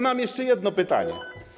Mam jeszcze jedno pytanie.